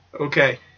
Okay